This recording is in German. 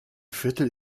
viertel